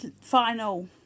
final